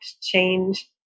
change